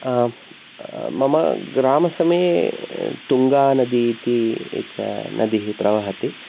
मम ग्रामसमे तुङ्गानदी इति एका नदी प्रवहति